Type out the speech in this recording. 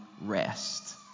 rest